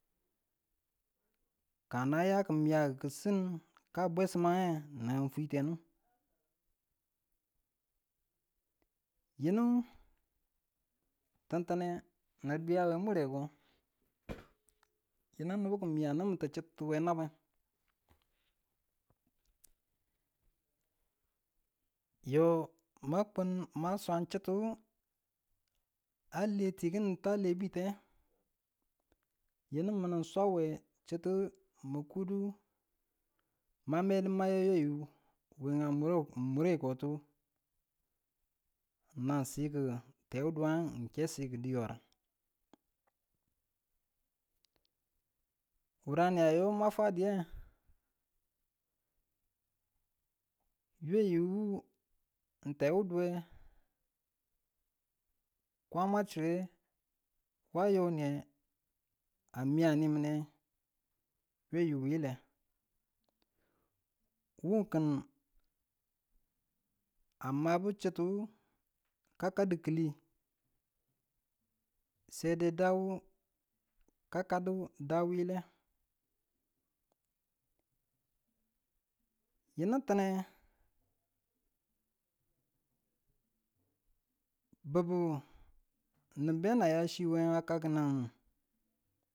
ka naya ki miyakiku sii, kan bwesimunge ni fwitedu, yinu, tintinne nu dwiya mure ko yinu nibu ki miya nimu chituwe nabeng, yo ma kun mwa swang chituwu ale ti kini ta lebite, yinu minu sauwe chutu mi kudu ma medu ma ya yayu, wenga muru murekotu man siki tewuduweng n ke siki diwaran, wureni ayo ma fwadi we yayu wu n tewuduwe, kwama chire wa yo niye a miya nimine yayu wile wukin amabu chituwu ka kaddi kili sede dawu ka- kaddu da wuli yinu nine, bubu ni be na yachi we kakkunge.